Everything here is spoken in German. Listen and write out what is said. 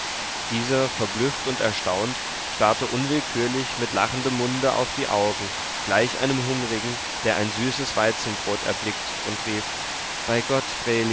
dieser verblüfft und erstaunt starrte unwillkürlich mit lachendem munde auf die augen gleich einem hungrigen der ein süßes weizenbrot erblickt und rief bei gott